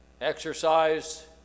exercise